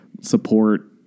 support